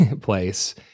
place